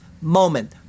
moment